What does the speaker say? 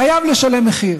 חייב לשלם מחיר.